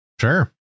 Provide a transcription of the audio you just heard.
Sure